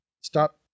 stop